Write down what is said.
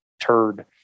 turd